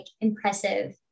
impressive